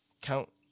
count